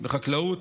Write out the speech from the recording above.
בחקלאות,